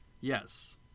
Yes